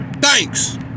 Thanks